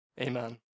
Amen